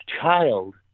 child